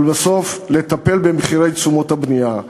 ולבסוף, לטפל במחירי תשומות הבנייה.